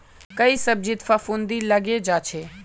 कई सब्जित फफूंदी लगे जा छे